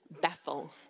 Bethel